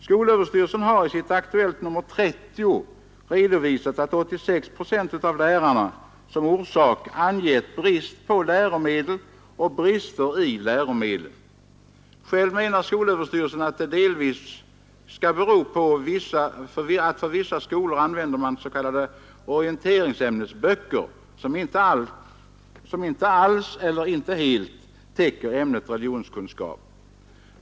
Skolöverstyrelsen har i Aktuellt nr 30 redovisat att 86 procent av lärarna som orsak angett brist på läromedel och brister i läromedlen. Själv menar skolöverstyrelsen att orsaken delvis kan vara att vissa skolor använder s.k. orienteringsämnesböcker, som inte alls eller inte helt täcker ämnet religionskunskap.